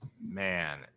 man